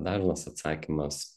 dažnas atsakymas